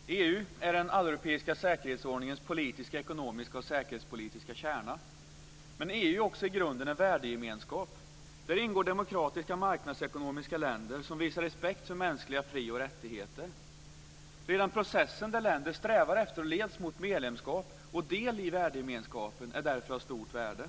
Fru talman! EU är den alleuropeiska säkerhetsordningens politiska, ekonomiska och säkerhetspolitiska kärna. Men EU är också i grunden en värdegemenskap. Där ingår demokratiska marknadsekonomiska länder som visar respekt för mänskliga fri och rättigheter. Redan processen där länder strävar efter och leds mot medlemskap och del i värdegemenskapen är därför av stort värde.